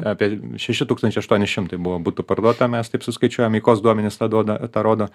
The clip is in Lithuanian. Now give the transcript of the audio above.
apie šeši tūkstančiai aštuoni šimtai buvo butų parduota mes taip suskaičiuojam eikos duomenys tą duoda tą rodo